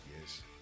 Yes